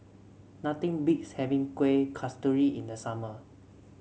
nothing beats having Kueh Kasturi in the summer